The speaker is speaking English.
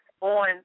on